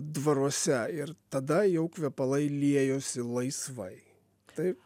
dvaruose ir tada jau kvepalai liejosi laisvai taip